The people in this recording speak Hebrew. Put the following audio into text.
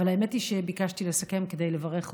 אבל האמת היא שביקשתי לסכם כדי לברך אותך,